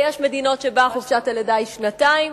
ויש מדינות שבהן חופשת הלידה היא שנתיים.